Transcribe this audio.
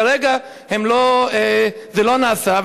כרגע זה לא נעשה,